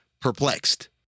perplexed